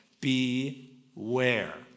beware